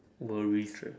worries ah